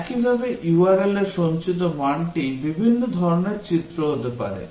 একইভাবে URL এ সঞ্চিত মানটি বিভিন্ন ধরণের চিত্র হতে পারে